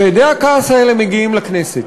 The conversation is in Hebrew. והדי הכעס הזה מגיעים לכנסת.